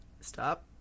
Stop